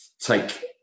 take